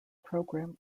program